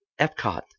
Epcot